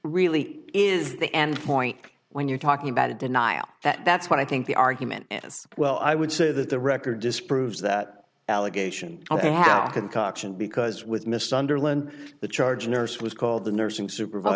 really is the end point when you're talking about a denial that that's what i think the argument as well i would say that the record disproves that allegation concoction because with missed sunderland the charge nurse was called the nursing supervisor